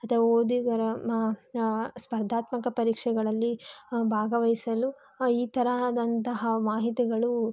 ಅತ ಓದುಗರ ಮ ಸ್ಪರ್ಧಾತ್ಮಕ ಪರೀಕ್ಷೆಗಳಲ್ಲಿ ಭಾಗವಹಿಸಲು ಈ ತರಹದಂತಹ ಮಾಹಿತಿಗಳು